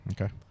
Okay